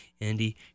Andy